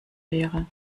wäre